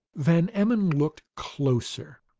van emmon looked closer.